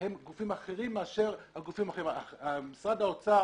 ברור שלמשרד האוצר